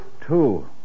Two